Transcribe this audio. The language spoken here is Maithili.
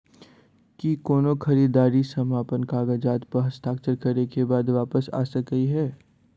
की कोनो खरीददारी समापन कागजात प हस्ताक्षर करे केँ बाद वापस आ सकै है?